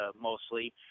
mostly